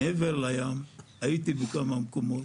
מעבר לים הייתי בכמה מקומות.